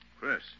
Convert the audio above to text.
Chris